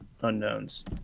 unknowns